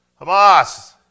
Hamas